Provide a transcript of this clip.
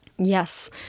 Yes